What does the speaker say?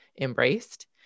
embraced